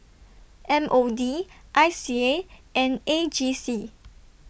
M O D I C A and A G C